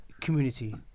community